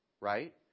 Right